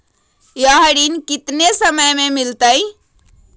यह ऋण कितने समय मे मिलेगा?